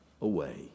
away